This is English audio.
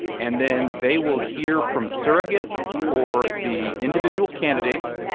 and then they will hear from surrogates for the individual candidates.